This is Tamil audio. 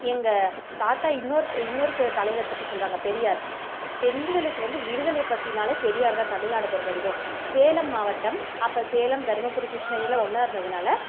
எங்கள் தாத்தா இன்னொரு இன்னொரு தலைவர் பற்றி சொல்லுவாங்க பெரியார் பெண்களுக்கு வந்து விடுதலைப் பற்றினாலே பெரியார் தான் தமிழ்நாடு பொறுத்த வரைக்கும் சேலம் மாவட்டம் அப்போ சேலம் தர்மபுரி கிருஷ்ணகிரியெலாம் ஒன்றா இருந்ததினால